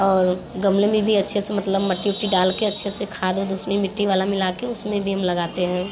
और गमले में भी अच्छे से मतलब मट्टी उट्टी डाल के अच्छे से खाद उद उसमें मिट्टी वाला मिला के उसमें भी हम लगातें हैं